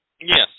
Yes